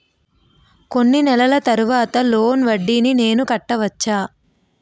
కొన్ని నెలల తర్వాత లోన్ వడ్డీని నేను కట్టవచ్చా?